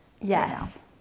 yes